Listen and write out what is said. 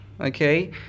Okay